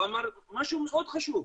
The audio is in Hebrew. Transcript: הוא אמר משהו מאוד חשוב,